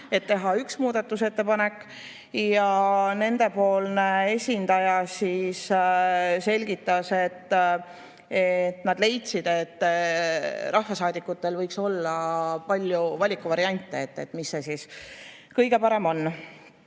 et teha üks muudatusettepanek. Nende esindaja selgitas, et nad leidsid, et rahvasaadikutel võiks olla palju valikuvariante, mis see kõige parem on.